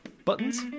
buttons